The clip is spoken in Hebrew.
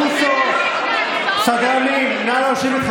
אתם נוכלים, נוכלים.